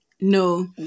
No